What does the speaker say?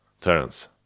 Terence